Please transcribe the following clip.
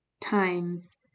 times